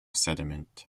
sediment